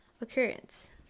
occurrence